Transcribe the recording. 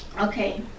Okay